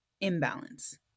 imbalance